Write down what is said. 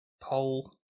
poll